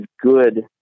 good